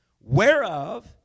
whereof